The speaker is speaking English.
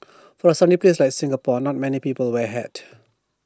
for A sunny place like Singapore not many people wear A hat